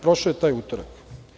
Prošao je taj utorak.